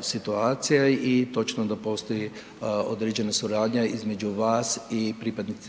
situacija i točno da postoji određena suradnja između vas i pripadnika